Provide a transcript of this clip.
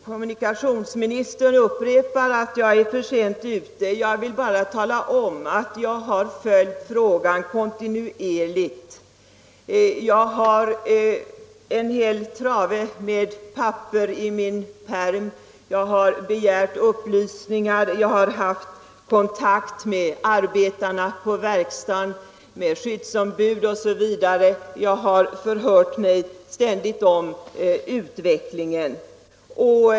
Kommunikationsministern upprepar att jag är för sent ute. Jag vill bara tala om att jag har följt frågan kontinuerligt. Jag har en hel trave med papper i min pärm. Jag har begärt upplysningar, och jag har haft kontakt med arbetarna på verkstaden. Jag har ständigt förhört mig om utvecklingen.